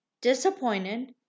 Disappointed